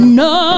no